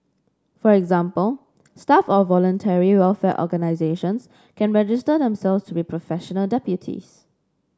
for example staff of Voluntary Welfare Organisations can register themselves to be professional deputies